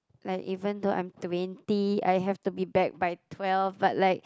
like even though I'm twenty I have to be back by twelve but like